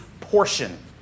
portion